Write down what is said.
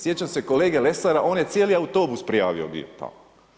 Sjećam se kolege Lesara, on je cijeli autobus prijavio bio tamo.